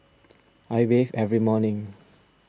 I bathe every morning